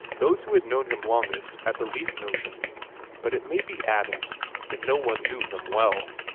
those who had known him longest had the least notion but it may be added that no one knew him well.